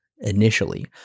initially